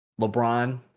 LeBron